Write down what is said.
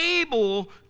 able